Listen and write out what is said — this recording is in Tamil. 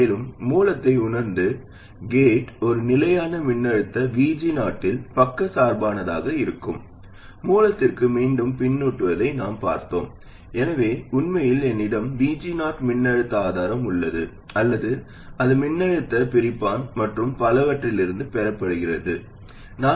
மேலும் மூலத்தை உணர்ந்து கேட் ஒரு நிலையான மின்னழுத்த VG0 இல் பக்கச்சார்பானதாக இருக்கும் மூலத்திற்கு மீண்டும் பின்னூட்டுவதை நாம் பார்த்தோம் எனவே உண்மையில் என்னிடம் VG0 மின்னழுத்த ஆதாரம் உள்ளது அல்லது அது மின்னழுத்த பிரிப்பான் மற்றும் பலவற்றிலிருந்து பெறப்பட்டது என்று அர்த்தம்